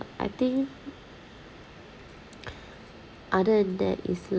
I think other than that it's li~